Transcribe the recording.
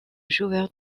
joueur